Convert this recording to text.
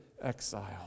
exile